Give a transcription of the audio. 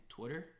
Twitter